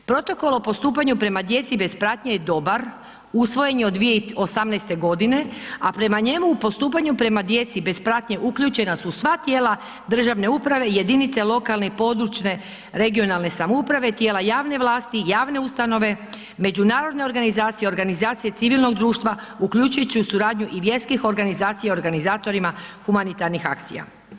Protokol o postupanju prema djeci bez pratnje je dobar, usvojen je od 2018.g., a prema njemu o postupanju prema djeci bez pratnje uključena su sva tijela državne uprave i jedinice lokalne i područne regionalne samouprave, tijela javne vlasti, javne ustanove, međunarodne organizacije, organizacije civilnog društva uključujući u suradnju i vjerskih organizacija organizatorima humanitarnih akcija.